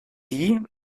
die